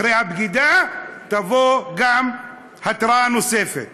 אחרי הבגידה תבוא גם התראה נוספת.